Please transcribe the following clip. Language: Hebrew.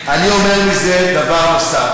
אני אומר מזה דבר נוסף,